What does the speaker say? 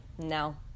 no